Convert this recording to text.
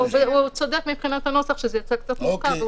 הוא צודק מבחינת הנוסח שזה יוצא קצת מורכב.